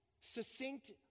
succinct